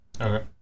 Okay